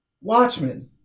Watchmen